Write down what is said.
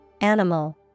animal